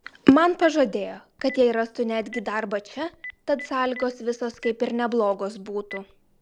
man pažadėjo kad jai rastų netgi darbą čia tad sąlygos visos kaip ir neblogos būtų